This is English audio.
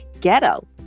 ghetto